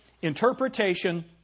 interpretation